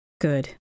Good